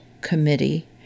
Committee